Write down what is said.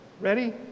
Ready